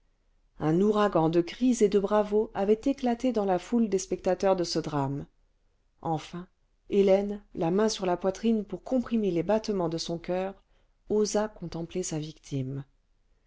un ouragan de cris et de bravos avait éclaté dans la foule des spectateurs spectateurs ce drame enfin hélène la main sur la poitrine pour comprimer les battements de son coeur osa contempler sa victime